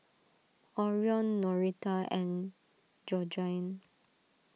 Orion Norita and Georgine